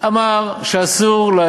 אמר שמותר,